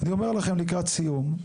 אני אומר לכם לקראת סיום,